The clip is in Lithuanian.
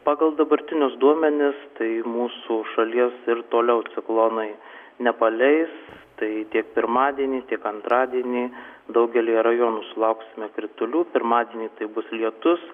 pagal dabartinius duomenis tai mūsų šalies ir toliau ciklonai nepaleis tai tiek pirmadienį tiek antradienį daugelyje rajonų sulauksime kritulių pirmadienį tai bus lietus